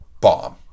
Bomb